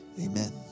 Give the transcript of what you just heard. Amen